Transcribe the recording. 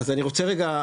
אז אני רוצה רגע,